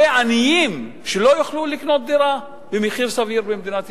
עניים שלא יוכלו לקנות דירה במחיר סביר במדינת ישראל.